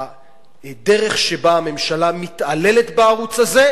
הדרך שבה הממשלה מתעללת בערוץ הזה,